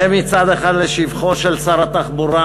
זה מצד אחד לשבחו של שר התחבורה,